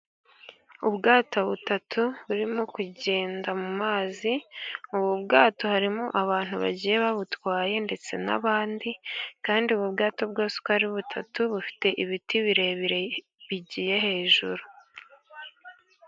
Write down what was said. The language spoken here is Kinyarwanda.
Ubwato butatu burimo kugenda mu mazi, ubu bwato harimo abantu bagiye babutwaye ndetse n'abandi, kandi ubu bwato bwose uko ari butatu, bufite ibiti birebire bigiye hejuru.